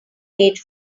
made